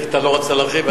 כי אתה לא רצית להרחיב,